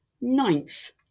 Ninth